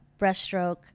breaststroke